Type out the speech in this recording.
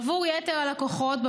עבור יתר הלקוחות,